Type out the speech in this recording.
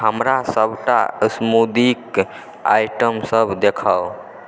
हमरा सभटा स्मूदीक आइटमसभ देखाउ